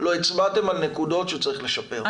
לא הצבעתם על נקודות שצריך לשפר.